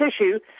issue